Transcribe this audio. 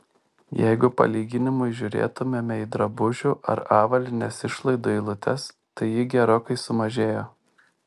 jeigu palyginimui žiūrėtumėme į drabužių ar avalynės išlaidų eilutes tai ji gerokai sumažėjo